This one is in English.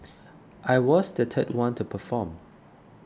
I was the third one to perform